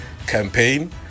Campaign